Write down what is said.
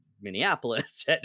Minneapolis